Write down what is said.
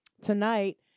Tonight